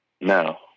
No